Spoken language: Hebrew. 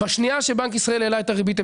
בשנייה שבנק ישראל העלה את הריבית הם